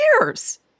years